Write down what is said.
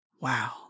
Wow